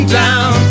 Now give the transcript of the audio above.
down